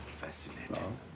Fascinating